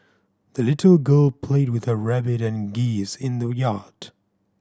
the little girl played with her rabbit and geese in the yard